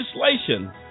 legislation